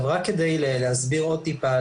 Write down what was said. רק כדי להסביר עוד טיפה,